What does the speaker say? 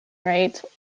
rates